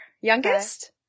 youngest